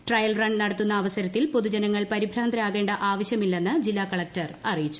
trial run നടത്തുന്ന അവസരത്തിൽ പൊതുജനങ്ങൾ പരിഭ്രാന്തരാകേണ്ട ആവശ്യമില്ലെന്ന് ജില്ലാകളക്ടർ അറിയിച്ചു